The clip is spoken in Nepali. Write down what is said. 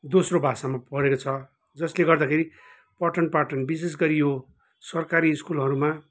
दोस्रो भाषामा पढेको छ जसले गर्दाखेरि पठनपाठन विशेष गरी यो सरकारी स्कुलहरूमा